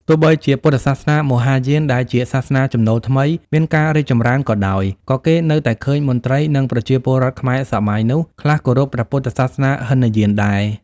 ទោះបីជាពុទ្ធសាសនាមហាយាន ដែលជាសាសនាចំណូល ថ្មី មានការរីកចម្រើនក៏ដោយ ក៏គេនៅតែឃើញមន្ត្រី និងប្រជាពលរដ្ឋ ខ្មែរសម័យនោះ ខ្លះគោរពព្រះពុទ្ធសាសនាហីនយានដែរ ។